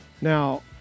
Now